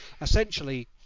essentially